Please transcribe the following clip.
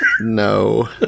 No